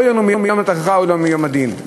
אוי לנו מיום התוכחה ואוי לנו מיום הדין.